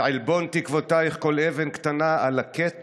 / ועלבון תקוותייך כל אבן קטנה / אלקט